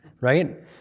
right